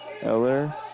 Eller